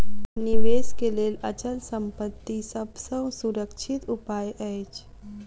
निवेश के लेल अचल संपत्ति सभ सॅ सुरक्षित उपाय अछि